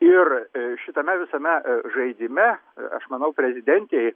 ir šitame visame žaidime aš manau prezidentei